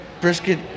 brisket